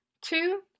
Two